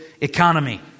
economy